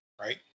right